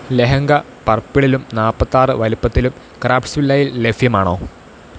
ലെഹങ്ക പർപ്പിളിലും നാൽപ്പത്താറ് വലുപ്പത്തിലും ക്രാഫ്റ്റ്സ്വില്ലയിൽ ലഭ്യമാണോ